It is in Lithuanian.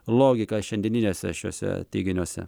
logiką šiandieniniuose šiuose teiginiuose